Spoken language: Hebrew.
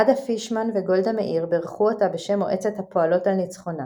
עדה פישמן וגולדה מאיר בירכו אותה בשם מועצת הפועלות על ניצחונה